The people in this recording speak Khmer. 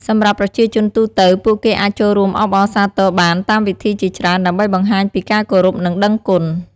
សម្រាប់ប្រជាជនទូទៅ ពួកគេអាចចូលរួមអបអរសាទរបានតាមវិធីជាច្រើនដើម្បីបង្ហាញពីការគោរព និងដឹងគុណ។